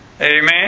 amen